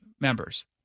members